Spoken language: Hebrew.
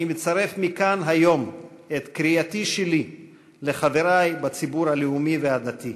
אני מצרף מכאן היום את קריאתי שלי לחברי בציבור הלאומי והדתי: